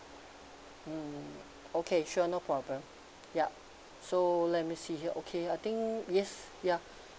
mm okay sure no problem yup so let me see here okay I think yes ya